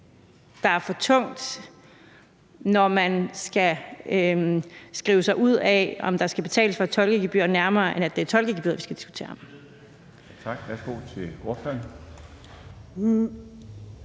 der er for tungt, når man skal skrive sig ud af, om der skal betales for et tolkegebyr, snarere end at det er tolkegebyret, vi skal diskutere? Kl.